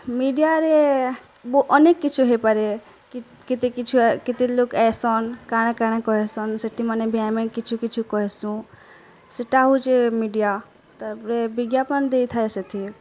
ମିଡ଼ିଆରେ ବୋ ଅନେକ କିଛି ହେଇପାରେ କି କେତେ କି ଛୁଆ କେତେ ଲୋକ୍ ଆଏସନ୍ କାଣା କାଣା କରିସନ୍ ସେଟି ମାନେ ଭି ଆମେ କିଛୁ କିଛୁ କହେସୁଁ ସେଇଟା ହଉଛେ ମିଡ଼ିଆ ତା'ପରେ ବିଜ୍ଞାପନ ଦେଇଥାଏ ସେଥି